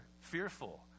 fearful